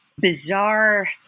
bizarre